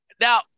Now